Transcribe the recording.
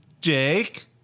Jake